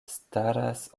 staras